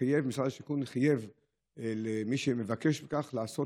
משרד השיכון חייב את מי שמבקש כך לעשות